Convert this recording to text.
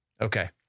Okay